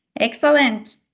Excellent